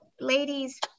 ladies